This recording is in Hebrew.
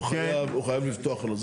הוא חייב לפתוח לו.